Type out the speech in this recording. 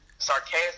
sarcastic